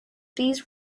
these